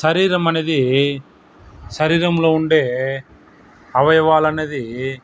శరీరం అనేది శరీరంలో ఉండే అవయవాలనేది